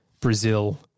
Brazil